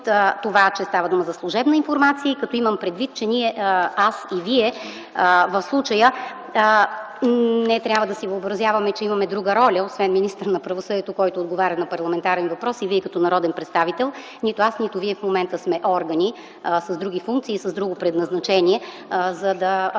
това, че става дума за служебна информация и, че ние – аз и Вие, в случая не трябва да си въобразяваме, че имаме друга роля освен – министър на правосъдието, който отговаря на парламентарен въпрос и Вие като народен представител. Нито аз, нито Вие, в момента сме органи с други функции и друго предназначение, за да